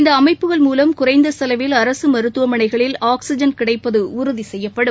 இந்த அமைப்புகள் மூலம் குறைந்த செலவில் அரசு மருத்துவமனைகளில் ஆக்ஸிஜன் கிடைப்பதை உறுதி செய்யும்